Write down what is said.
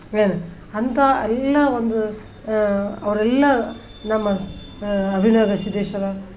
ಏನು ಅಂತ ಎಲ್ಲ ಒಂದು ಅವರೆಲ್ಲ ನಮ್ಮ ಅಬಿನವ ಗವಿಸಿದ್ದೇಶ್ವರ